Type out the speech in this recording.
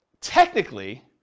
technically